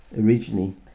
originally